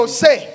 say